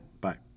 Bye